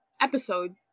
episode